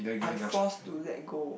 I'm forced to let go